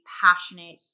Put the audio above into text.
passionate